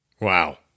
Wow